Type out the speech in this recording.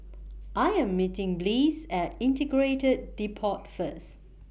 I Am meeting Bliss At Integrated Depot First